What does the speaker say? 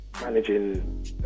managing